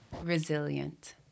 resilient